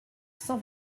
cent